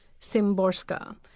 Simborska